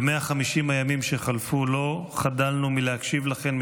ב-150 הימים שחלפו לא חדלנו מלהקשיב לכן,